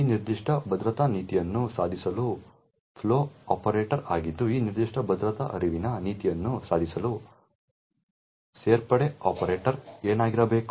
ಈ ನಿರ್ದಿಷ್ಟ ಭದ್ರತಾ ನೀತಿಯನ್ನು ಸಾಧಿಸಲು ಫ್ಲೋ ಆಪರೇಟರ್ ಆಗಿದ್ದು ಈ ನಿರ್ದಿಷ್ಟ ಭದ್ರತಾ ಹರಿವಿನ ನೀತಿಯನ್ನು ಸಾಧಿಸಲು ಸೇರ್ಪಡೆ ಆಪರೇಟರ್ ಏನಾಗಿರಬೇಕು